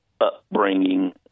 upbringing